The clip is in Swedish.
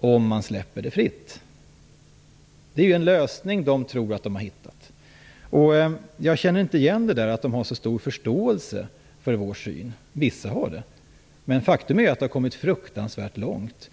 om knarket släpps fritt. Det är en lösning som man tror att man har hittat. Jag känner inte igen detta att man skulle ha så stor förståelse för vår syn. Vissa har det kanske, men faktum är att det har gått fruktansvärt långt.